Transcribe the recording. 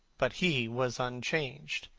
but he was unchanged.